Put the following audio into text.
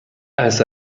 als